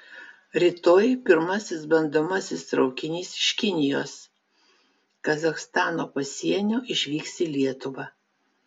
rytoj pirmasis bandomasis traukinys iš kinijos kazachstano pasienio išvyks į lietuvą